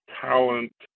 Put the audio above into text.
talent